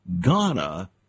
Ghana